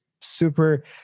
super